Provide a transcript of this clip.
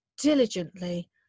diligently